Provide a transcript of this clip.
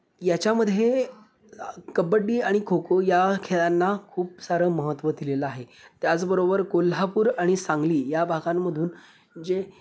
याच्यामध्ये कबड्डी आणि खो खो या खेळांना खूप सारं महत्त्व दिलेलं आहे त्याचबरोबर कोल्हापूर आणि सांगली या भागांमधून जे